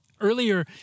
Earlier